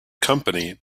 company